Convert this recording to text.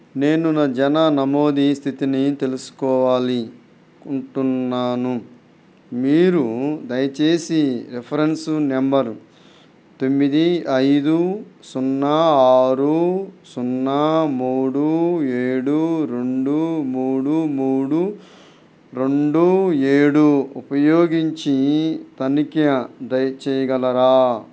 నేను నా జనన నమోదు స్థితిని తెలుసుకోవాలి అనుకుంటున్నాను మీరు దయచేసి రిఫరెన్సు నెంబరు తొమ్మిది ఐదు సున్నా ఆరు సున్నా మూడు ఏడు రెండు మూడు మూడు రెండు ఏడు ఉపయోగించి తనిఖీ చేయగలరా